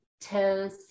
toes